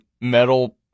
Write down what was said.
metal